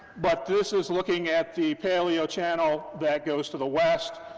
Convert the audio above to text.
but this is looking at the paleo channel that goes to the west,